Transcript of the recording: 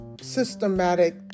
systematic